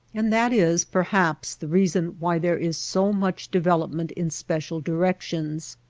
and that is perhaps the reason why there is so much development in special directions,